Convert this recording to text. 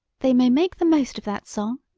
they may make the most of that song,